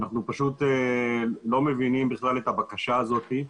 אנחנו פשוט לא מבינים בכלל את הבקשה הזאת.